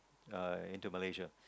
I went to Malaysia